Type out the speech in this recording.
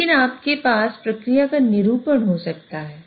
लेकिन आपके पास प्रक्रिया का निरूपण हो सकता है